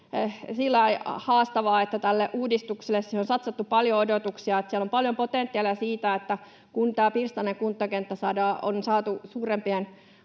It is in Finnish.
lailla aika haastavaa, että tähän uudistukseen on satsattu paljon odotuksia ja siellä on paljon potentiaalia siitä, että kun tämä pirstaleinen kuntakenttä on saatu suurempien